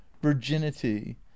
virginity